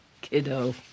kiddo